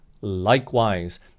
likewise